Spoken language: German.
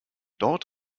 dort